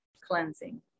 cleansing